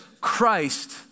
Christ